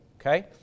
okay